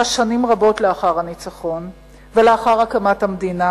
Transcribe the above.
שנים רבות לאחר הניצחון ולאחר הקמת המדינה,